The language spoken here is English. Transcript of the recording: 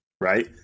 right